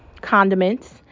condiments